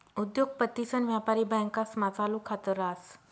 उद्योगपतीसन व्यापारी बँकास्मा चालू खात रास